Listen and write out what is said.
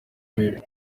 mibi